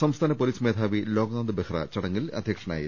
സംസ്ഥാന പൊലീസ് മേധാവി ലോക്നാഥ് ബെഹ്റ ചടങ്ങിൽ അധ്യക്ഷനായിരുന്നു